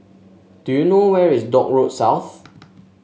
do you know where is Dock Road South